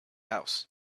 house